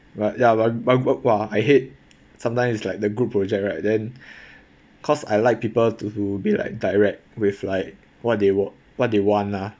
but ya but but but !wah! I hate sometimes is like the group project right then cause I like people to be like direct with like what they work but they want lah